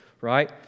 right